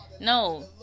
No